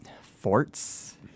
forts